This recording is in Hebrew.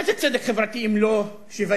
מה זה צדק חברתי אם לא שוויון?